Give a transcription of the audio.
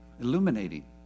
illuminating